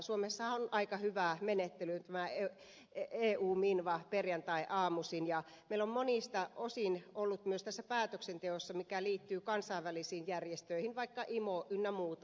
suomessahan on ollut aika hyvä menettely tämä eu minva perjantaiaamuisin ja meillä on monilta osin ollut myös tässä päätöksenteossa mikä liittyy kansainvälisiin järjestöihin vaikka imo ynnä muuta